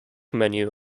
menu